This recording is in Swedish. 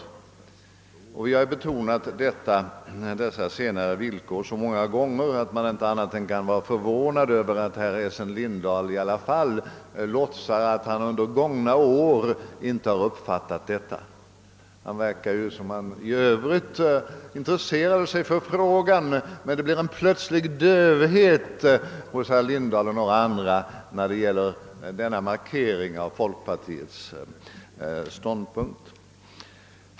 Vi har betonat dessa villkor så många gånger att man inte kan vara annat än förvånad över att herr Lindahl ändå låtsas att han under de gångna åren inte uppfattat dem. Det verkar som om han i Övrigt intresserade sig för frågan. Men det blir en plötslig dövhet hos herr Lindahl och några andra när det gäller denna markering av folkpartiets ståndpunkt.